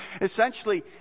Essentially